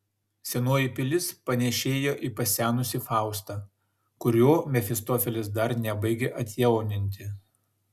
senoji pilis panėšėjo į pasenusį faustą kurio mefistofelis dar nebaigė atjauninti